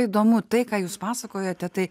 įdomu tai ką jūs pasakojote tai